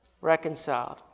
reconciled